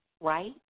right